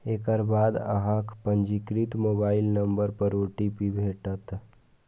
एकर बाद अहांक पंजीकृत मोबाइल नंबर पर ओ.टी.पी भेटत